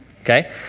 Okay